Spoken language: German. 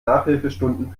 nachhilfestunden